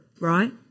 Right